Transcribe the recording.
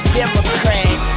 Democrat